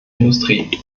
industrie